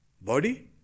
body